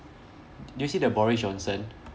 did you see the boris johnson